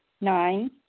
Nine